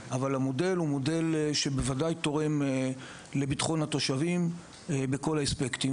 אבל המודל הוא מודל שבוודאי תורם לבטחון התושבים בכל האספקטים,